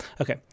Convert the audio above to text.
Okay